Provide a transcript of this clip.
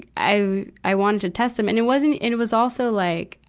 i i wanted to test him. and it wasn't, and it was also like,